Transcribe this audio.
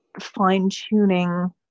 fine-tuning